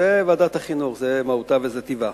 זו ועדת החינוך, זו מהותה וזה טיבה.